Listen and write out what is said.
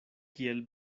kiel